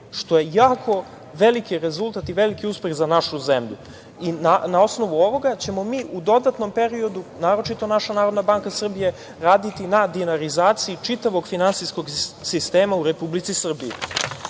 što je jako veliki rezultat i veliki uspeh za našu zemlju. Na osnovu ovoga ćemo mi u dodatnom periodu, naročito naša NBS, raditi na dinarizaciji čitavog finansijskog sistema u Republici Srbiji. Što